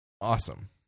awesome